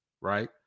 right